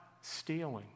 stealing